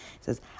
says